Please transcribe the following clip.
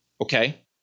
okay